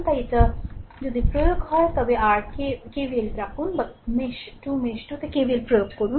তাই এটা সুতরাং যদি প্রয়োগ হয় তবে আর কে KVL কল করুন যা কল মেশ 2 মেশ 2 KVL প্রয়োগ করুন